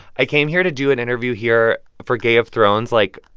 i came here to do an interview here for gay of thrones. like,